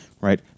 Right